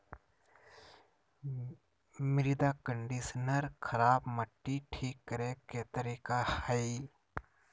मृदा कंडीशनर खराब मट्टी ठीक करे के तरीका हइ